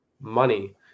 money